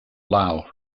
lao